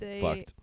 fucked